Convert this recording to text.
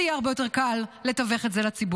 זה יהיה הרבה יותר קל לתווך את זה לציבור.